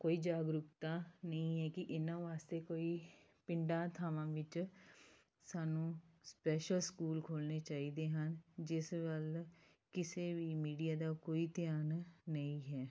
ਕੋਈ ਜਾਗਰੂਕਤਾ ਨਹੀਂ ਹੈ ਕਿ ਇਹਨਾਂ ਵਾਸਤੇ ਕੋਈ ਪਿੰਡਾਂ ਥਾਵਾਂ ਵਿੱਚ ਸਾਨੂੰ ਸਪੈਸ਼ਲ ਸਕੂਲ ਖੋਲ੍ਹਣੇ ਚਾਹੀਦੇ ਹਨ ਜਿਸ ਵੱਲ ਕਿਸੇ ਵੀ ਮੀਡੀਆ ਦਾ ਕੋਈ ਧਿਆਨ ਨਹੀਂ ਹੈ